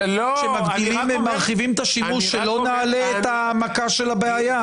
למרות שזה לא הא בהא תליא.